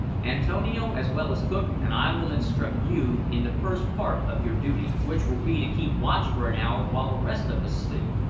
antonio, as well as cook, and i will instruct you in the first part of your duty, which will be to keep watch for an hour while the rest of us sleep.